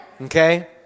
okay